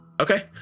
Okay